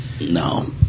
No